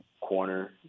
corner